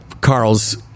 Carl's